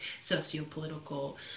socio-political